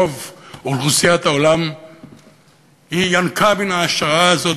רוב אוכלוסיית העולם ינקה מן ההשראה הזאת,